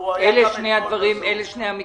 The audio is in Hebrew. אלה שני המקרים?